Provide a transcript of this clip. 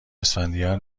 اسفندیار